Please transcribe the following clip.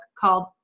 called